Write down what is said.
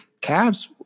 Cavs